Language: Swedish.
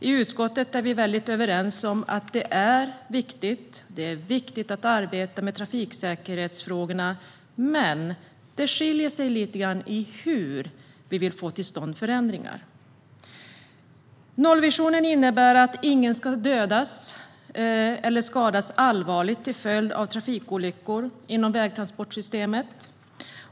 I utskottet är vi väldigt överens om att det är viktigt att arbeta med trafiksäkerhetsfrågorna, men det skiljer sig lite grann i hur vi vill få till stånd förändringar. Nollvisionen innebär att ingen ska dödas eller skadas allvarligt till följd av trafikolyckor inom vägtransportsystemet.